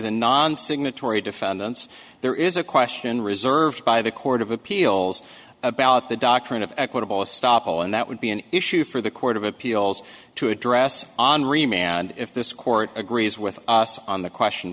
the non signatory defendants there is a question reserved by the court of appeals about the doctrine of equitable stoppel and that would be an issue for the court of appeals to address on remain and if this court agrees with us on the question